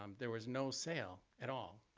um there was no sale at all,